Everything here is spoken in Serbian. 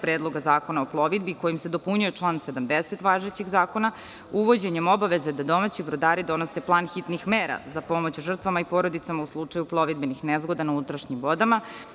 Predloga zakona o plovidbi kojim se dopunjuje član 70. važećeg zakona uvođenjem obaveze da domaći brodari donose plan hitnih mera za pomoć žrtvama i porodicama u slučaju plovidbenih nezgoda na unutrašnjim vodama.